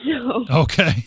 Okay